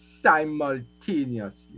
simultaneously